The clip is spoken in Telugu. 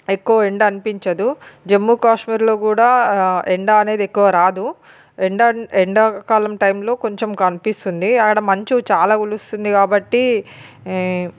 ఎక్కువ ఎండ అనిపించదు జమ్ముకాశ్మీర్లో కూడా ఎండ అనేది ఎక్కువ రాదు ఎండ ఎండాకాలం టైమ్లో కొంచం కనిపిస్తుంది అక్కడ మంచు చాలా కులుస్తుంది కాబట్టి